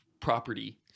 property